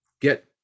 get